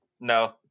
No